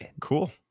cool